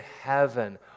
heaven